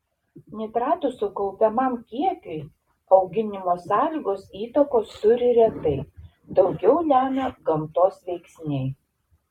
nitratų sukaupiamam kiekiui auginimo sąlygos įtakos turi retai daugiau lemia gamtos veiksniai